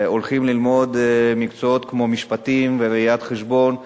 הולכים ללמוד מקצועות כמו משפטים וראיית חשבון,